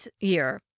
year